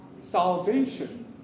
Salvation